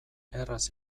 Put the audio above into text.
erraz